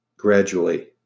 Gradually